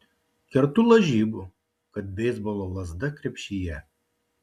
kertu lažybų kad beisbolo lazda krepšyje